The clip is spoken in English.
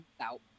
out